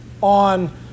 on